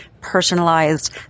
personalized